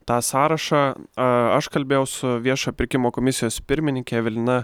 tą sąrašą aa aš kalbėjau su viešo pirkimo komisijos pirmininke evelina